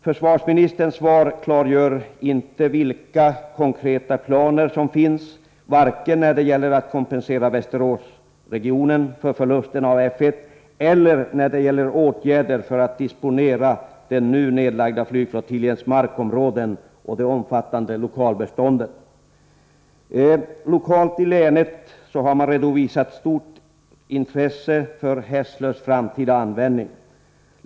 Försvarsmininsterns svar klargör inte vilka konkreta planer som finns vare sig när det gäller att kompensera Västeråsregionen för 13 förlusten av F 1 eller när det gäller åtgärder för att disponera den nu nedlagda flygflottiljens markområden och det omfattande lokalbeståndet. Lokalt i länet har man redovisat ett stort intresse för Hässlös framtida användning.